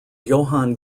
johann